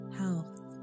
health